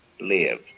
Live